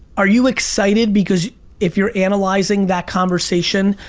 are you excited because if you're analyzing that conversation,